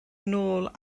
nôl